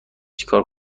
چکار